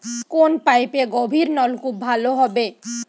কোন পাইপে গভিরনলকুপ ভালো হবে?